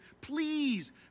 please